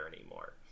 anymore